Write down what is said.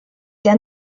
der